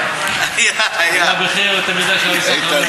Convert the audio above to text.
הוא היה בכיר תלמידיו של הרב יששכר מאיר,